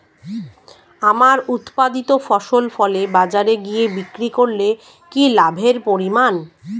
আমার উৎপাদিত ফসল ফলে বাজারে গিয়ে বিক্রি করলে কি লাভের পরিমাণ?